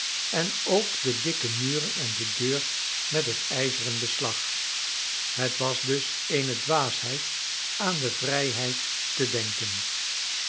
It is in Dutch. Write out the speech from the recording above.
en ook de dikke muren en de deur met het ijzeren beslag het was dus eene dwaasheid aan de vrijheid te denken